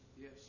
Yes